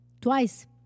twice